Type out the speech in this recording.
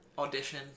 Audition